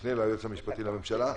המשנה ליועץ המשפטי לממשלה.